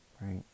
right